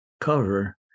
cover